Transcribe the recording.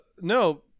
no